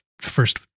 first